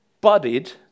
budded